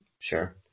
sure